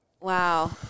Wow